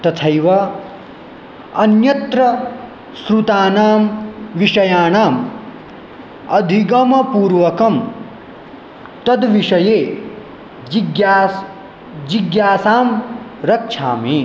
तथैव अन्यत्र श्रुताणां विषयाणाम् अधिगमपूर्वकं तद् विषये जिज्ञास् जिज्ञासां रक्षामि